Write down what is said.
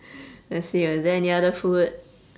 let's see uh is there any other food